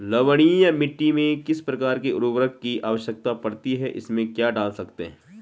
लवणीय मिट्टी में किस प्रकार के उर्वरक की आवश्यकता पड़ती है इसमें क्या डाल सकते हैं?